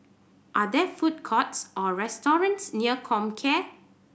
are there food courts or restaurants near Comcare